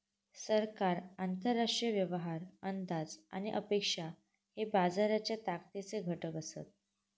सरकार, आंतरराष्ट्रीय व्यवहार, अंदाज आणि अपेक्षा हे बाजाराच्या ताकदीचे घटक असत